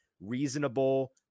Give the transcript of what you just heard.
reasonable